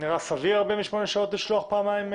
נראה סביר 48 שעות לשלוח הודעה פעמיים?